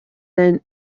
then